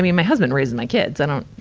my husband raising my kids. i don't,